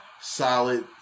solid